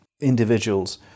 individuals